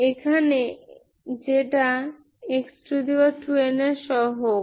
এখানে এটা x2n এর সহগ